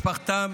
משפחתם